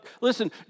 listen